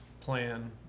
plan